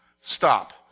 Stop